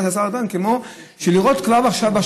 של השר ארדן כמו כדי לראות כבר עכשיו,